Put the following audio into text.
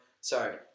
Sorry